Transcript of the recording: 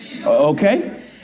Okay